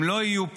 הם לא יהיו פה.